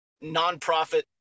nonprofit